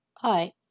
Hi